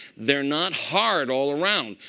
they're not hard all around.